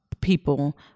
people